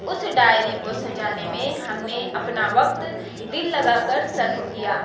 اس diary کو سجانے میں ہم نے اپنا وقت دل لگا کر صرف کیا